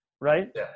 right